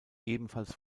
ebenfalls